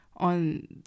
on